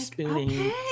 okay